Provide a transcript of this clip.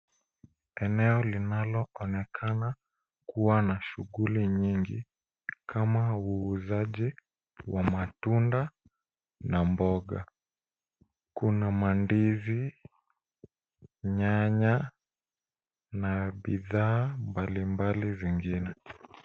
Eneo linalo onekana kuwa na shughuli nyingi kama uuzaji wa matunda na mboga kuna mandizi, nyanya na bidhaa mbali mbali zingine.